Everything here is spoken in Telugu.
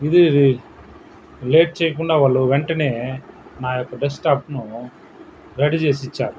ఇది లేట్ చేయకుండా వాళ్ళు వెంటనే నా యొక్క డెస్క్టాప్ను రెడీ చేసి ఇచ్చారు